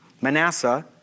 Manasseh